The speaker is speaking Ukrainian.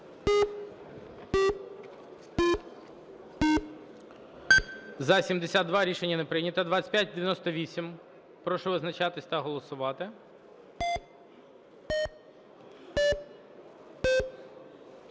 За-72 Рішення не прийнято. 2598. Прошу визначатись та голосувати.